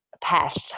path